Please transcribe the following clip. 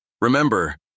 Remember